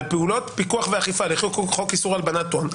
פעולות פיקוח ואכיפה לפי חוק איסור הלבנת הון,